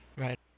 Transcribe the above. Right